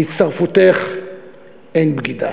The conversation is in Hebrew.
בהצטרפותך אין בגידה.